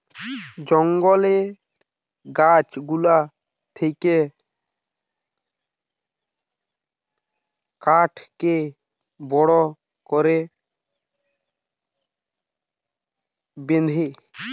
জঙ্গলের গাছ গুলা থাকলে কাঠকে বড় করে বেঁধে